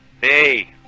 Hey